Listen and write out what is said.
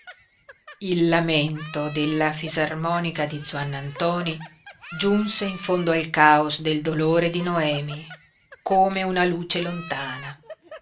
il lamento della fisarmonica di zuannantoni giunse in fondo al caos del dolore di noemi come una luce lontana